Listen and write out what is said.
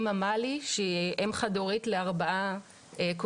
אמא מלי שהיא אם חד הורית לארבעה קופים.